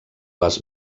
les